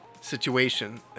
situation